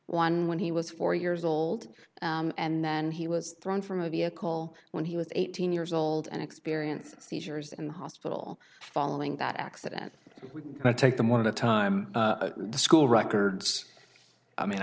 one when he was four years old and then he was thrown from a vehicle when he was eighteen years old and experienced seizures in the hospital following that accident i take them one of the time the school records i mean